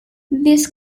this